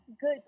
good